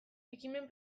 ekimen